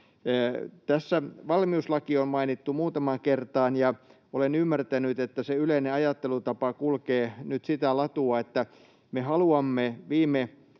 Tässä valmiuslaki on mainittu muutamaan kertaan, ja olen ymmärtänyt, että se yleinen ajattelutapa kulkee nyt sitä latua, että me haluamme hyvin